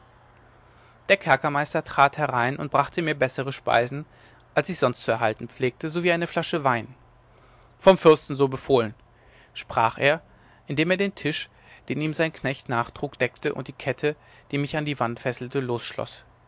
der kerkermeister trat herein und brachte mir bessere speisen als ich sonst zu erhalten pflegte sowie eine flasche wein vom fürsten so befohlen sprach er indem er den tisch den ihm sein knecht nachtrug deckte und die kette die mich an die wand fesselte